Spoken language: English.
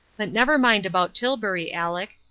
but never mind about tilbury aleck,